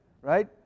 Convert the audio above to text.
Right